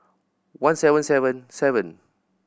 one seven seven seven